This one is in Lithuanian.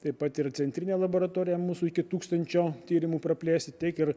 taip pat ir centrinę laboratoriją mūsų iki tūkstančio tyrimų praplėsti tiek ir